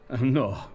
No